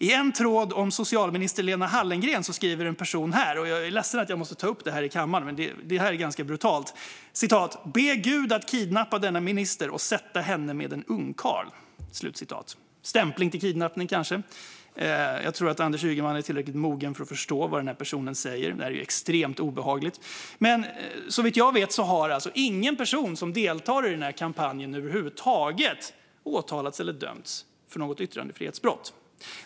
I en tråd om socialminister Lena Hallengren skriver någon - och jag är ledsen att jag måste ta upp detta i kammaren eftersom det är ganska brutalt - om att man ska be Gud kidnappa denna minister och sätta henne med en ungkarl. Stämpling till kidnappning, kanske? Jag tror att Anders Ygeman är tillräckligt mogen för att förstå vad den här personen säger. Det är extremt obehagligt. Såvitt jag vet har alltså ingen person som deltar i den här kampanjen över huvud taget åtalats eller dömts för något yttrandefrihetsbrott.